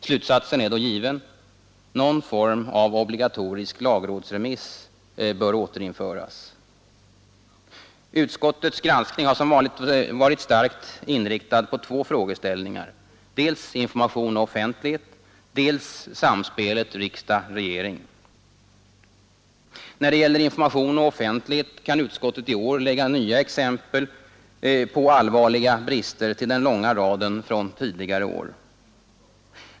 Slutsatsen är då given: Någon form av obligatorisk lagrådsremiss bör återinföras. Utskottets granskning har som vanligt varit starkt inriktad på två frågeställningar — dels information och offentlighet, dels samspelet När det gäller information och offentlighet kan utskottet i år lägga nya exempel på allvarliga brister till den långa raden från tidigare år.